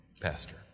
Pastor